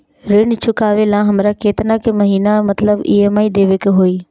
ऋण चुकावेला हमरा केतना के महीना मतलब ई.एम.आई देवे के होई?